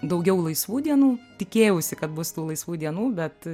daugiau laisvų dienų tikėjausi kad bus tų laisvų dienų bet